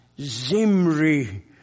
Zimri